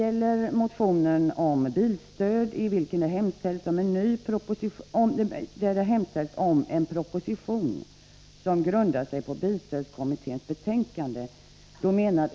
I motionen om bilstöd hemställs det om en proposition som grundar sig på bilstödskommitténs betänkande.